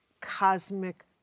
cosmic